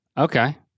Okay